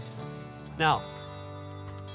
Now